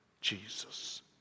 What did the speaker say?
Jesus